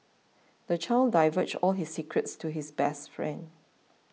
the child divulged all his secrets to his best friend